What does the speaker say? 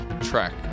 track